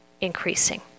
increasing